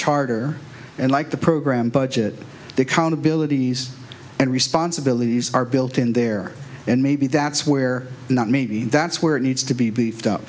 charter and like the program budget the accountabilities and responsibilities are built in there and maybe that's where not maybe that's where it needs to be beefed up